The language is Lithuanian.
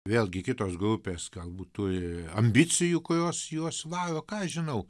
vėlgi kitos grupės galbūt turi ambicijų kurios juos varo ką aš žinau